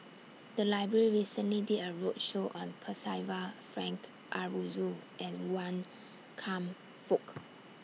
The Library recently did A roadshow on Percival Frank Aroozoo and Wan Kam Fook